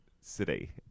city